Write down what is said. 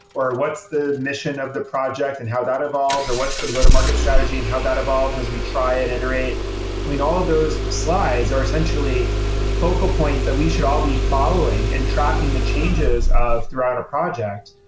or what's the mission of the project and how that evolves, or what's the mode of market strategy and how that evolves as we try and iterate i mean, all those slides are essentially focal points that we should all be following and tracking the changes of throughout a project,